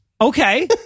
Okay